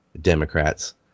Democrats